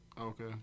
Okay